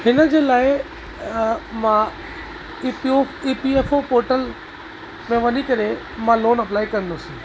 हिनजे लाइ मां ई पी यूफ़ E P F O portal में वञी करे मां लोन अप्लाए कंदुसि